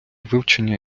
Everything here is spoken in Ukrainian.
вивчення